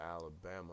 Alabama